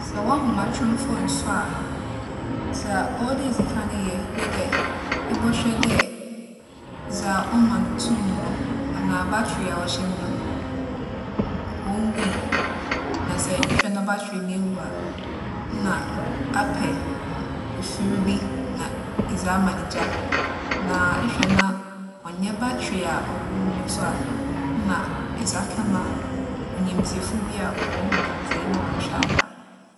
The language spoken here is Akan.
Sɛ w'ahomatromfo nnsͻ a, dza ͻwͻ dɛ idzi kan yɛ nye dɛ, ebͻhwɛ dɛ dza ͻma no tum no anaa batri a ͻhyɛ mu no, onnwui. Na sɛ ehwɛ na batri no ewu a, nna apɛ efir bi na edze ama no gya. Na ehwɛ na ͻnnyɛ batri a ͻwͻ mu no so a, nna edze akɛma onyimdzefo bi a ͻwͻ ho nyimdzee na ͻahwɛ ayɛ ama wo.